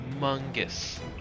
humongous